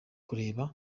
kureka